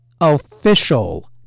official